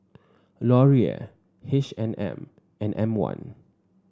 Laurier H and M and M one